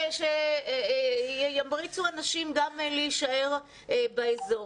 שימריצו אנשים להישאר באזור.